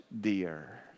dear